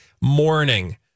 morning